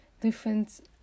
different